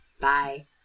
Bye